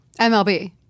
MLB